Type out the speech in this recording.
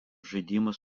žaidimas